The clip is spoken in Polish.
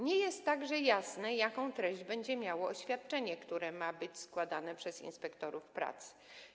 Nie jest także jasne, jaką treść będzie miało oświadczenie, które ma być składane przez inspektorów pracy.